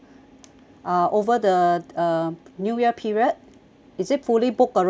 uh over the uh new year period is it fully booked already